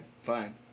fine